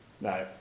No